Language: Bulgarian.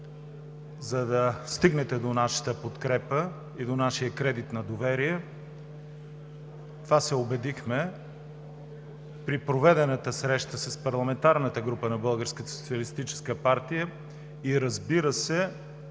За да стигнете до нашата подкрепа и до нашия кредит на доверие, се убедихме при проведената среща с парламентарната група на Българската